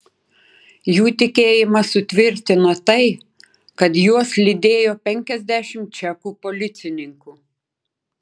jų tikėjimą sutvirtino tai kad juos lydėjo penkiasdešimt čekų policininkų